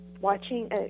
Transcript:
watching